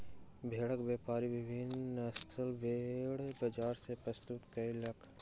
भेड़क व्यापारी विभिन्न नस्लक भेड़ बजार मे प्रस्तुत कयलक